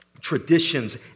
traditions